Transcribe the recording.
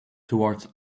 towards